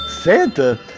Santa